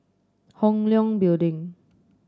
Hong Leong Building